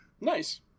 Nice